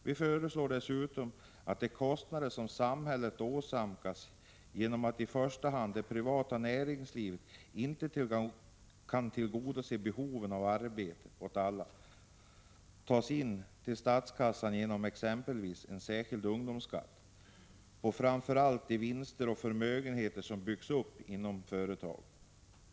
Vi föreslår dessutom att de kostnader som samhället åsamkas genom att framför allt det privata näringslivet inte kan tillgodose behovet av arbete åt alla skall täckas genom att man till statskassan tar in medel via en särskild ”ungdomsskatt” på främst de vinster och förmögenheter som byggs upp inom företagen.